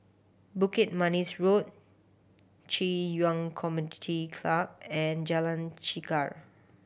Bukit Manis Road Ci Yuan Community Club and Jalan Chegar